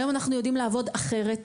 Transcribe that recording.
היום אנחנו יודעים לעבוד אחרת.